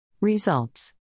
Results